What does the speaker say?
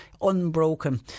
unbroken